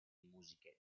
musiche